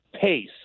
pace